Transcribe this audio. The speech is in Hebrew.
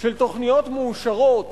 של תוכניות מאושרות